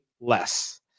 less